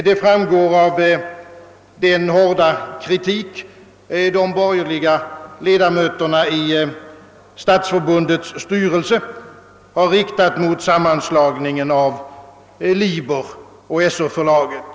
Det framgår också av den hårda kritik som de borgerliga ledamöterna i Stadsförbundets styrelse riktat mot sammanslagningen av bokförlaget Liber och Sö-förlaget.